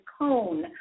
cone